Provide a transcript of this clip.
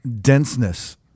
denseness